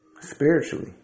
Spiritually